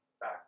back